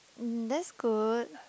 um that's good